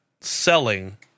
selling